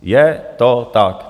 Je to tak.